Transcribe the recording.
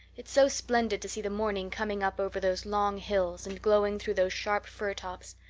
it's so splendid to see the morning coming up over those long hills and glowing through those sharp fir tops.